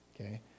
okay